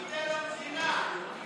ייתן למדינה,